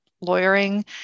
lawyering